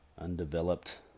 undeveloped